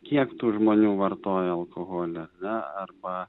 kiek tų žmonių vartoja alkoholį ar ne arba